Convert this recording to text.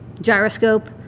gyroscope